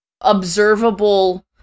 observable